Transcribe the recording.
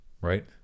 right